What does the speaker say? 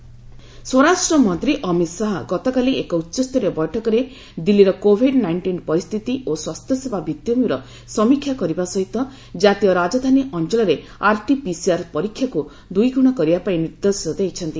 ଅମିତ ଶାହା ସ୍ୱରାଷ୍ଟ୍ର ମନ୍ତ୍ରୀ ଅମିତ୍ ଶାହା ଗତକାଲି ଏକ ଉଚ୍ଚସ୍ତରୀୟ ବୈଠକରେ ଦିଲ୍ଲୀର କୋଭିଡ୍ ନାଇଷ୍ଟିନ୍ ପରିସ୍ଥିତି ଓ ସ୍ୱାସ୍ଥ୍ୟସେବା ଭିଭିଭୂମୀର ସମୀକ୍ଷା କରିବା ସହିତ ଜାତୀୟ ରାଜଧାନୀ ଅଞ୍ଚଳରେ ଆର୍ଟି ପିସିଆର୍ ପରୀକ୍ଷାକୁ ଦୁଇଗୁଣ କରିବା ପାଇଁ ନିର୍ଦ୍ଦେଶ ଦେଇଛନ୍ତି